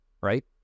Right